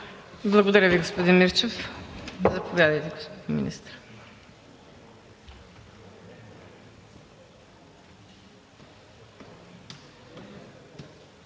Благодаря Ви, господин Мирчев. Заповядайте, господин Министър.